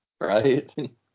Right